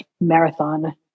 marathon